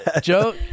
Joe